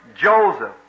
Joseph